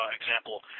example